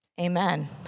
Amen